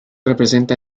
representa